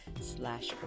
slash